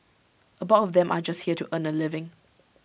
A bulk of them are just here to earn A living